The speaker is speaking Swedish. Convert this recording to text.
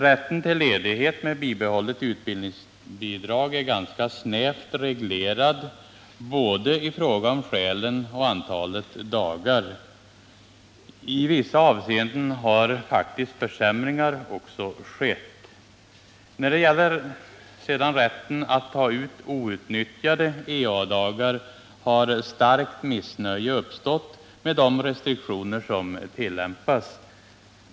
Rätten till ledighet med bibehållet utbildningsbidrag är ganska snävt reglerad i fråga om både skälen och antalet dagar. I vissa avseenden har faktiskt försämringar också skett. När det sedan gäller rätten att ta ut outnyttjade ea-dagar har starkt missnöje uppstått med de restriktioner som tillämpas.